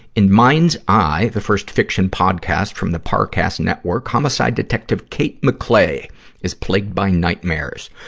in mind's eye, the first fiction podcast from the parcast network, homicide detective kate mcclay is plagued by nightmares.